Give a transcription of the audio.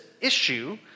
issue